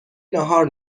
ناهار